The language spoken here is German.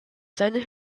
seine